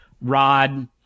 rod